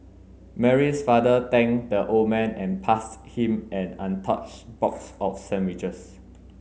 Mary's father thanked the old man and passed him an untouched box of sandwiches